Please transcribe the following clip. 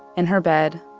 in her bed,